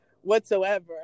whatsoever